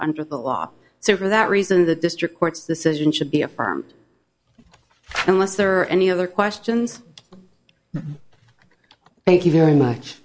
under the law so for that reason the district court's decision should be affirmed unless there are any other questions thank you very much